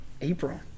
April